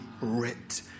writ